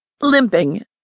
Limping